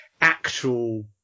actual